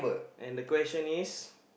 and the question is